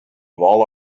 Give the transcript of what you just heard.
all